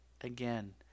again